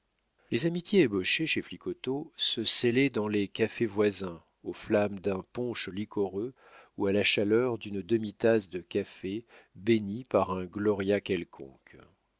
les amitiés ébauchées chez flicoteaux se scellaient dans les cafés voisins aux flammes d'un punch liquoreux ou à la chaleur d'une demi-tasse de café bénie par un gloria quelconque